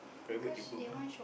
private diploma